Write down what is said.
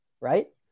right